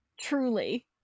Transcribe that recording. truly